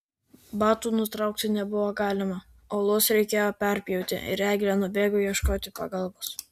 batų nutraukti nebuvo galima aulus reikėjo perpjauti ir eglė nubėgo ieškoti pagalbos